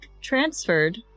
transferred